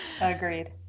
Agreed